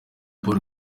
paul